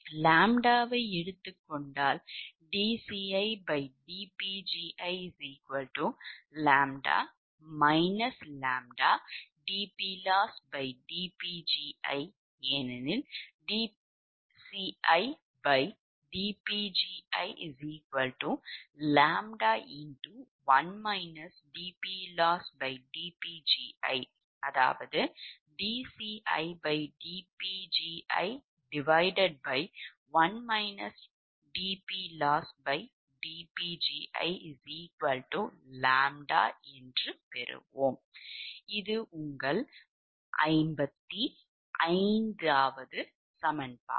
ʎ வை எடுத்துக் கொண்டால் dcidPgi ʎ ʎdPlossdPgi ஏனெனில்dcidPgi ʎ அதாவது dcidPgi ʎ என்று இது உங்களுக்குத் தெரியப்படுத்தியது இது உங்கள் 55 சமன்பாடு